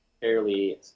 fairly